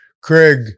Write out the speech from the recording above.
Craig